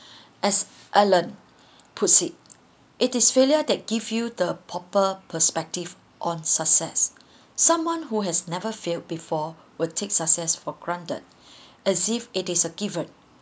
as alert proceed it is failure that give you the proper perspective on success someone who has never failed before will take success for granted as if it is a given